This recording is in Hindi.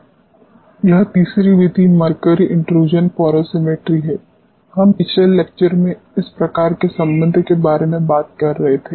यह तीसरी विधि मरकरी इन्ट्रूसन पोरोसिमेट्री है हम पिछले लेक्चर में इस प्रकार के संबंध के बारे में बात कर रहे थे